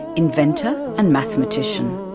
inventor and mathematician,